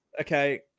Okay